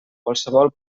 qualsevol